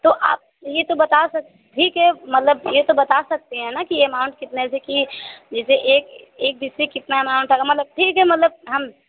तो आप यह तो बता सक ठीक है मतलब यह तो बता सकते हैं ना कि यह एमाउंट कितना जैसे कि जिसे एक एक जैसे कितना अमाउंट होगा मतलब ठीक है मतलब हम